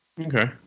okay